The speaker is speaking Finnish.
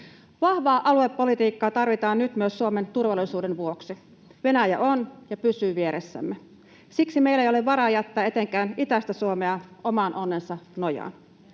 Vahvaa aluepolitiikkaa tarvitaan nyt myös Suomen turvallisuuden vuoksi. Venäjä on ja pysyy vieressämme. Siksi meillä ei ole varaa jättää etenkään itäistä Suomea oman onnensa nojaan.